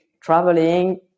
traveling